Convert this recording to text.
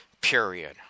period